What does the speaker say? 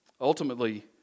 Ultimately